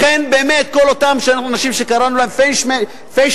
לכן באמת כל אותם אנשים שקראנו להם "פיינשמקרים"